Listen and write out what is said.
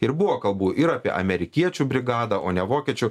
ir buvo kalbų ir apie amerikiečių brigadą o ne vokiečių